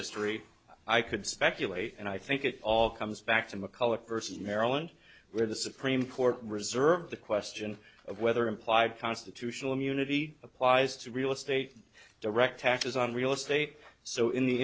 history i could speculate and i think it all comes back to mcculloch versus maryland where the supreme court reserved the question of whether implied constitutional immunity applies to real estate direct taxes on real estate so in the